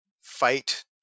fight